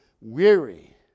weary